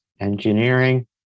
engineering